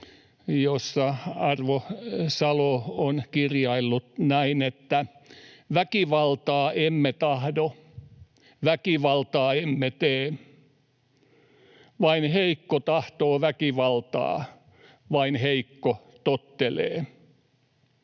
jossa Arvo Salo on kirjaillut näin: ”Väkivaltaa emme tahdo, väkivaltaa emme tee, vain heikko tahtoo väkivaltaa, vain heikko tottelee”.